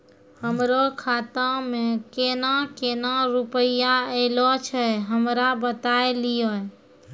हमरो खाता मे केना केना रुपैया ऐलो छै? हमरा बताय लियै?